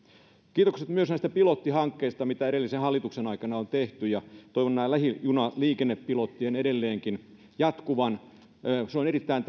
kiitokset myös näistä pilottihankkeista mitä edellisen hallituksen aikana on tehty ja toivon näiden lähijunaliikennepilottien edelleenkin jatkuvan se on erittäin